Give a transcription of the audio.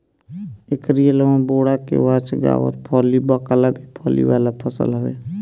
एकरी अलावा बोड़ा, केवाछ, गावरफली, बकला भी फली वाला फसल हवे